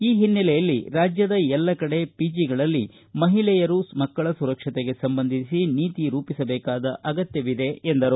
ಈ ಹಿನ್ನೆಲೆಯಲ್ಲಿ ರಾಜ್ಯದ ಎಲ್ಲ ಕಡೆ ಪಿಜಿಗಳಲ್ಲಿ ಮಹಿಳೆಯರು ಮಕ್ಕಳ ಸುರಕ್ಷತೆಗೆ ಸಂಬಂಧಿಸಿ ನೀತಿ ರೂಪಿಸಬೇಕಾದ ಅಗತ್ಯವಿದೆ ಎಂದರು